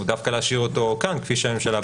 אלא דווקא להשאיר אותו כאן כפי שהממשלה ביקשה.